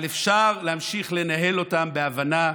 אבל אפשר להמשיך לנהל אותם בהבנה,